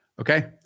okay